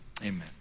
Amen